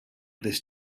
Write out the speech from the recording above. this